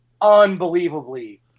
unbelievably